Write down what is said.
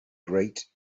great